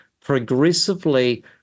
progressively